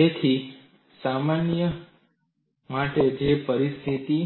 તેથી આ સમસ્યા માટે કે જે સ્થિતિ